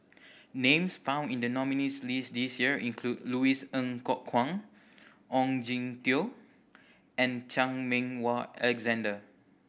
names found in the nominees' list this year include Louis Ng Kok Kwang Ong Jin Teong and Chan Meng Wah Alexander